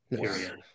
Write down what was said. period